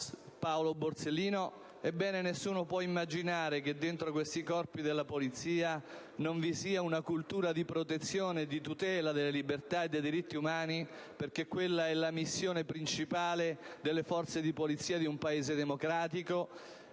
Paolo Borsellino), nessuno può immaginare che dentro questi corpi della Polizia non vi sia una cultura di protezione e di tutela delle libertà e dei diritti umani, perché questa è la missione principale delle forze di polizia di un Paese democratico,